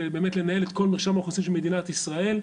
זה באמת לנהל את כל מרשם האוכלוסין של מדינת ישראל.